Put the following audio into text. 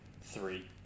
three